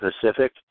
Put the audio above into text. pacific